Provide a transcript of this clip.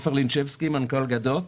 אני עופר לינצ'בסקי, מנכ"ל גדות.